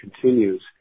continues